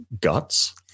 guts